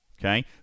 okay